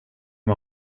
med